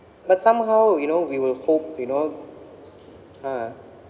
but somehow you know we will hope you know ah